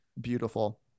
beautiful